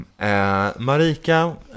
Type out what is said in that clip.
Marika